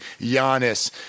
Giannis